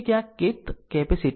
તેથી ક્યાંક kth capacitor છે